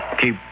keep